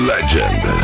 Legend